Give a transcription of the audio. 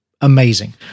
amazing